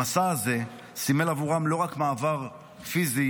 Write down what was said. המסע הזה סימל עבורם לא רק מעבר פיזי,